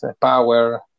power